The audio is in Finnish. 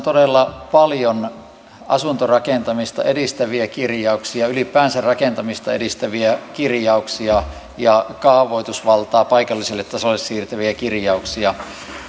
todella paljon asuntorakentamista edistäviä kirjauksia ylipäänsä rakentamista edistäviä kirjauksia ja kaavoitusvaltaa paikallisille tasoille siirtäviä kirjauksia